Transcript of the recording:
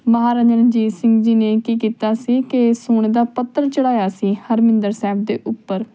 ਮਹਾਰਾਜਾ ਰਣਜੀਤ ਸਿੰਘ ਜੀ ਨੇ ਕੀ ਕੀਤਾ ਸੀ ਕਿ ਸੋਨੇ ਦਾ ਪੱਤਰ ਚੜ੍ਹਾਇਆ ਸੀ ਹਰਮਿੰਦਰ ਸਾਹਿਬ ਦੇ ਉੱਪਰ